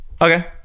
okay